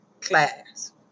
class